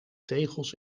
tegels